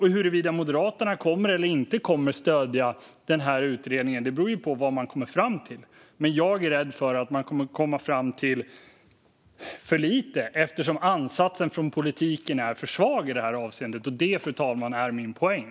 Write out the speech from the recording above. Huruvida Moderaterna kommer att stödja utredningen eller inte beror ju på vad den kommer fram till. Jag är dock rädd att man kommer att komma fram till för lite, eftersom ansatsen från politiken är för svag i det här avseendet. Det, fru talman, är min poäng.